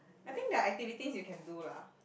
I think their activities you can do lah